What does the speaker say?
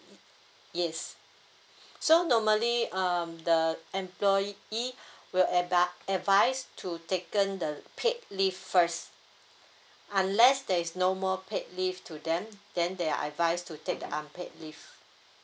yes so normally um the employees will abba~ advise to taken the paid leave first unless there is no more paid leave to them then they are advised to take the unpaid leave